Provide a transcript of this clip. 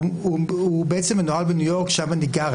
הוא בעצם מנוהל בניו יורק, שם אני גר.